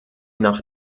nach